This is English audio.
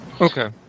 Okay